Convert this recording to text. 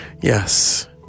Yes